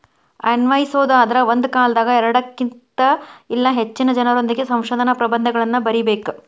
ಅನ್ವಯಿಸೊದಾದ್ರ ಒಂದ ಕಾಲದಾಗ ಎರಡಕ್ಕಿನ್ತ ಇಲ್ಲಾ ಹೆಚ್ಚಿನ ಜನರೊಂದಿಗೆ ಸಂಶೋಧನಾ ಪ್ರಬಂಧಗಳನ್ನ ಬರಿಬೇಕ್